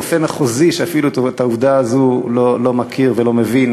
רופא מחוזי שאפילו את העובדה הזאת לא מכיר ולא מבין,